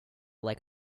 like